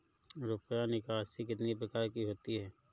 रुपया निकासी कितनी प्रकार की होती है?